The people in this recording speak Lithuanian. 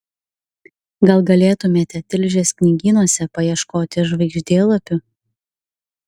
gal galėtumėte tilžės knygynuose paieškoti žvaigždėlapių